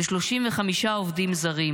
ו-35 עובדים זרים.